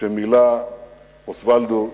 שמילא אוסוולדו אראניה,